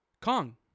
Kong